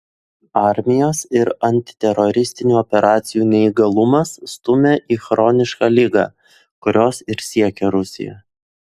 armijos ir antiteroristinių operacijų neįgalumas stumia į chronišką ligą kurios ir siekia rusija